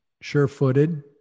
sure-footed